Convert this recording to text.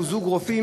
הם היו זוג רופאים.